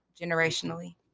generationally